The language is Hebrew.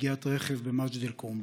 מפגיעת רכב במג'ד אל-כרום.